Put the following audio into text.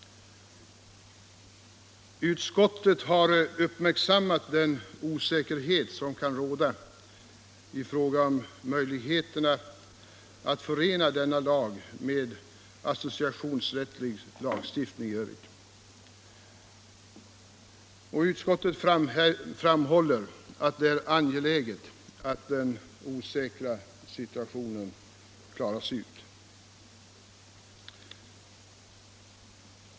Utskottet har även uppmärksammat den osäkerhet som kan råda i fråga om möjligheterna att förena denna lag med associationsrättslig lagstiftning. Utskottet framhåller att det är angeläget att den osäkra situationen klaras ut.